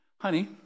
honey